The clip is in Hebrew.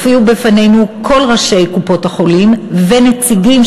הופיעו בפנינו כל ראשי קופות-החולים ונציגים